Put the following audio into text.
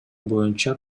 боюнча